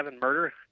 murder